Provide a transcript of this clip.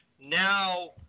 now